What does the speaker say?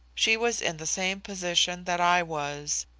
she was in the same position that i was.